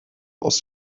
aus